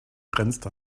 grenzt